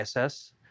ISS